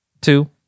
two